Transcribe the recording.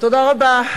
תודה רבה.